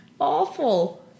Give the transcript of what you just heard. Awful